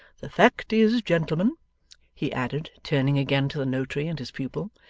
the fact is, gentlemen he added, turning again to the notary and his pupil,